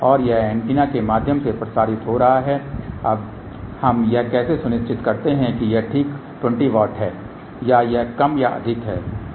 और यह एंटीना के माध्यम से प्रसारित हो रहा है अब हम यह कैसे सुनिश्चित करते हैं कि यह ठीक 20 वाट है या यह कम या अधिक है